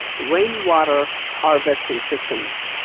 rainwater harvesting systems,